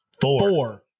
Four